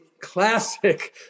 classic